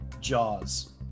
Jaws